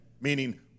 meaning